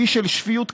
אי של שפיות,